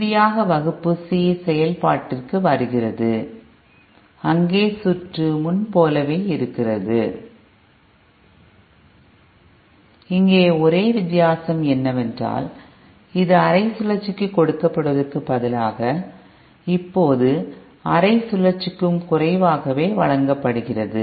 இறுதியாக வகுப்பு சி செயல்பாட்டிற்கு வருகிறது அங்கே சுற்று முன்போலவே இருக்கிறது இங்கே ஒரே வித்தியாசம் என்னவென்றால் இது அரை சுழற்சிக்கு கொடுக்கப்படுவதற்கு பதிலாக இப்போது அரை சுழற்சிக்கும் குறைவாகவே வழங்கப்படுகிறது